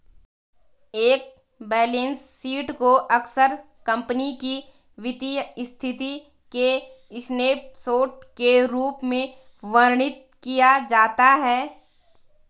एक balance sheet को अक्सर कंपनी की वित्तीय स्थिति के स्नैपशॉट के रूप में वर्णित किया जाता है